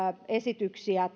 esityksiä